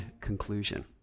conclusion